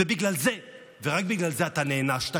בגלל זה ורק בגלל זה נענשת,